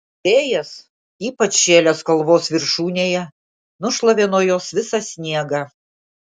vėjas ypač šėlęs kalvos viršūnėje nušlavė nuo jos visą sniegą